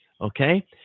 okay